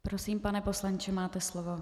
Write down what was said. Prosím, pane poslanče, máte slovo.